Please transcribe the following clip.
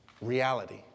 reality